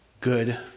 good